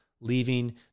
leaving